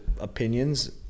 opinions